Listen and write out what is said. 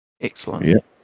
Excellent